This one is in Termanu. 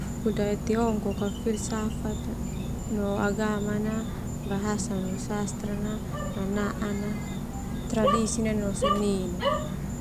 Budaya Tiongkok ah filsafat no agama na, bahasa no sastra na, nanaan na, tradisi na no seni na.